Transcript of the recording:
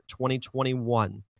2021